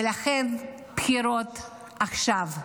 ולכן, בחירות עכשיו.